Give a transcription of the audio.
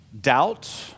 doubt